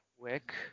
quick